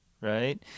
right